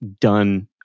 done